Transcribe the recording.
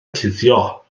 cuddio